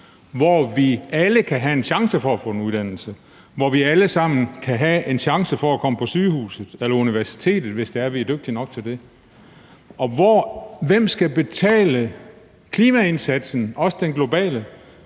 hvor vi alle kan have en chance for at få en uddannelse, og hvor vi alle sammen kan have en chance for at komme på sygehuset eller komme på universitetet, hvis det er, at vi er dygtige nok til det. Hvem skal betale for klimaindsatsen, også den globale?